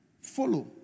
follow